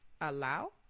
Allow